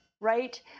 right